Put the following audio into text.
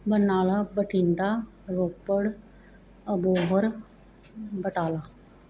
Barnala Bathinda Ropar Abohar Batala